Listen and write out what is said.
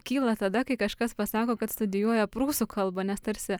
kyla tada kai kažkas pasako kad studijuoja prūsų kalbą nes tarsi